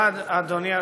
אדוני.